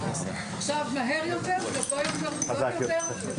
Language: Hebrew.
הישיבה ננעלה בשעה 10:00.